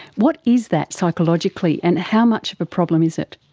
what is that psychologically and how much of a problem is it?